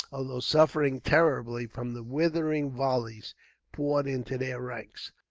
although suffering terribly from the withering volleys poured into their ranks.